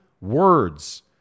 words